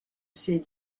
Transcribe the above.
ces